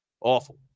Awful